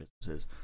businesses